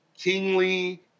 kingly